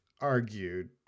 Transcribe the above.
argued